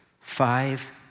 five